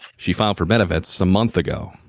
she filed for benefits a month ago,